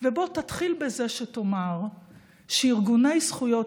ובוא תתחיל בזה שתאמר שארגוני זכויות